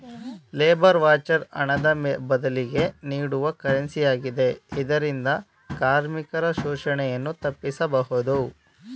labour voucher ಹಣದ ಬದಲಿಗೆ ನೀಡುವ ಕರೆನ್ಸಿ ಆಗಿದೆ ಇದರಿಂದ ಕಾರ್ಮಿಕರ ಶೋಷಣೆಯನ್ನು ತಪ್ಪಿಸಬಹುದು